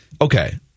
Okay